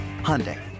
Hyundai